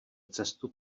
cestu